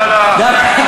לא, לא, לא.